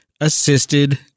assisted